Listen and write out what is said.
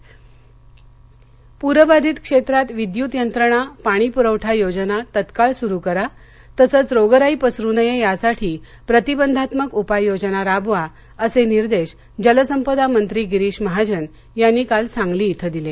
सांगली प्रबाधित क्षेत्रात विद्युत यंत्रणा पाणीपुरवठा योजना तत्काळ सुरू करा तसंच रोगराई पसरू नये यासाठी प्रतिबंधात्मक उपाययोजना राबवा असे निदेश जलसंपदा मंत्री गिरीष महाजन यांनी काल सांगली इथं दिले